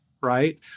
right